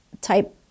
type